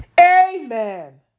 Amen